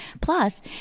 Plus